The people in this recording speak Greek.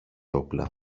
όπλα